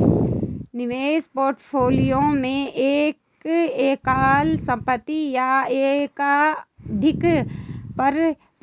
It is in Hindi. निवेश पोर्टफोलियो में एक एकल संपत्ति या एकाधिक